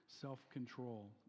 self-control